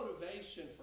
motivation